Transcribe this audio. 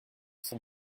cent